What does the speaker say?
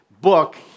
Book